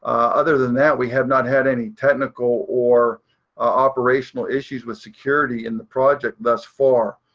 other than that, we have not had any technical or operational issues with security in the project thus far.